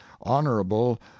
honorable